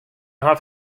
hat